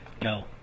Go